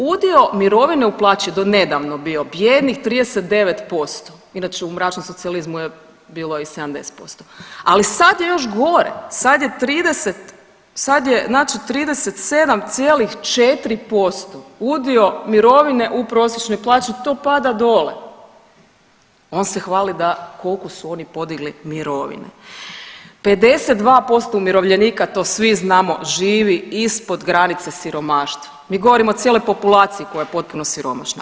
Udio mirovine u plaći do nedavno bio bijednih 39%, inače u mračnom socijalizmu je bilo i 70%, ali sad je još gore, sad je 37,4% udio mirovine u prosječnoj plaći to pada dole, on se hvali da kolko su oni podigli mirovine, 52% umirovljenika to svi znamo živi ispod granice siromaštva, mi govorimo o cijeloj populaciji koja je potpuno siromašna.